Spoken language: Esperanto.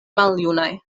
maljunaj